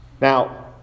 Now